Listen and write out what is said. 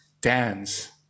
dance